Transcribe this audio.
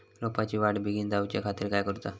रोपाची वाढ बिगीन जाऊच्या खातीर काय करुचा?